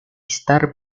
star